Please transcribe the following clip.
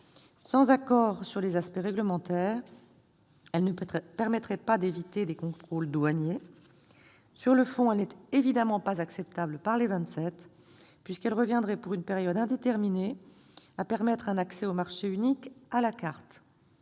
Sans accord sur les aspects réglementaires, elle ne permettrait pas d'éviter des contrôles douaniers. Sur le fond, elle n'est évidemment pas acceptable par les 27 puisqu'elle reviendrait, pour une période indéterminée, à permettre un accès au marché unique « à la carte